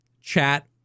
chat